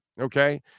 okay